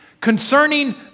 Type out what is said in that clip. concerning